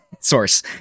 source